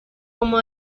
como